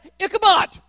Ichabod